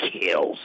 kills